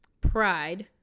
pride